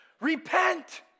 Repent